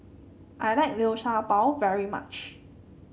I like Liu Sha Bao very much